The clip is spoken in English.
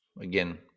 again